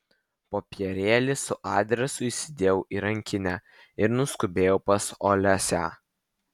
popierėlį su adresu įsidėjau į rankinę ir nuskubėjau pas olesią